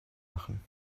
machen